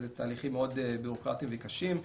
אלו תהליכים בירוקרטיים קשים.